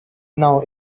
now